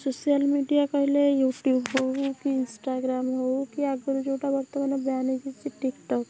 social media କହିଲେ YouTube ହେଉ କି ଇନଷ୍ଟାଗ୍ରାମ୍ ହେଉ କି ଆଗରୁ ଯୋଉଟା ବର୍ତ୍ତମାନ ବ୍ୟାନ୍ ହେଇକି ଅଛି ଟିକଟକ୍